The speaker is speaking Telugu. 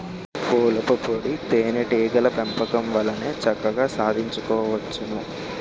పూలపుప్పొడి తేనే టీగల పెంపకం వల్లనే చక్కగా సాధించుకోవచ్చును